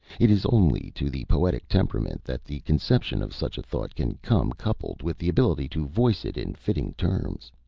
it is only to the poetic temperament that the conception of such a thought can come coupled with the ability to voice it in fitting terms.